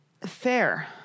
Fair